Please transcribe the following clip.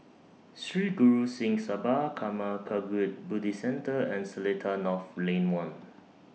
Sri Guru Singh Sabha Karma Kagyud Buddhist Centre and Seletar North Lane one